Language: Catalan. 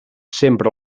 sempre